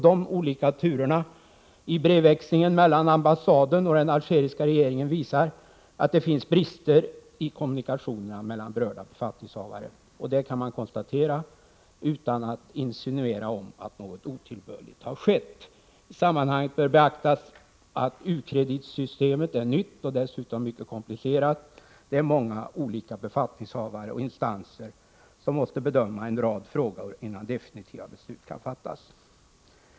De olika turerna i brevväxlingen mellan ambassaden och den algeriska regeringen visar att det fanns brister i kommunikationerna mellan berörda befattningshavare. Det kan man konstatera utan att insinuera att något otillbörligt har skett. I sammanhanget bör beaktas att u-kreditsystemet är nytt och dessutom är mycket komplicerat. Det är många olika befattningshavare och instanser som måste bedöma en rad frågor innan definitiva beslut kan fattas.